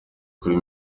kuri